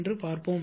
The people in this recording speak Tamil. என்று பார்ப்போம்